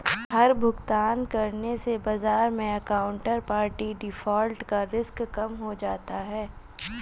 हर भुगतान करने से बाजार मै काउन्टरपार्टी डिफ़ॉल्ट का रिस्क कम हो जाता है